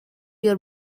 your